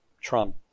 Trump